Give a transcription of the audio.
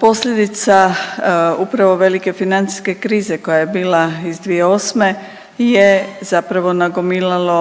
Posljedica upravo velike financijske krize koja je bila 2008. je zapravo nagomilalo